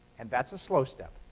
and that's a slow step.